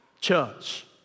church